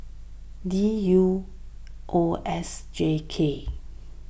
D U O S J K